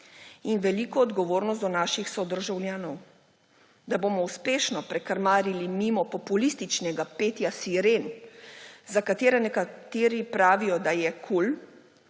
in veliko odgovornost do naših sodržavljanov, da bomo uspešno prekrmarili mimo populističnega petja siren, za katere nekateri pravijo, da je kul